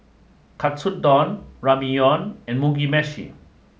Katsudon Ramyeon and Mugi Meshi